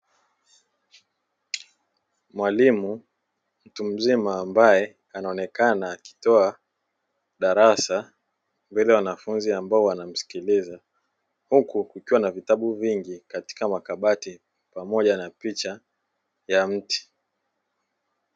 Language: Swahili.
Mwalimu mtu mzima ambaye anaonekana akitoa darasa mbele ya wanafunzi ambao wanamsikiliza, huku kukiwa na vitabu vingi katika makabati pamoja na picha ya mti.